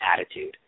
attitude